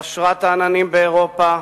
חשרת העננים באירופה,